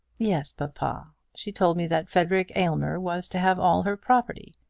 yes, papa. she told me that frederic aylmer was to have all her property.